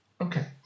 Okay